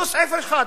זה (1).